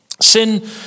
Sin